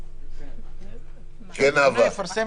כפי